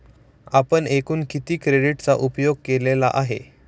आपण एकूण किती क्रेडिटचा उपयोग केलेला आहे?